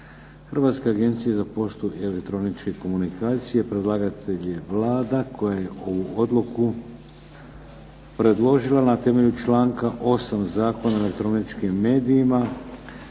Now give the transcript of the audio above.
Hrvatske agencije za poštu i elektroničke komunikacije Predlagatelj je Vlada koja je ovu odluku predložila na temelju članka 8. Zakona o elektroničkim medijima.